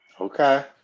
Okay